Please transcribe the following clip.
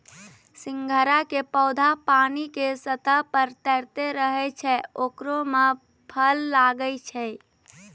सिंघाड़ा के पौधा पानी के सतह पर तैरते रहै छै ओकरे मॅ फल लागै छै